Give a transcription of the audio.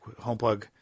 Homeplug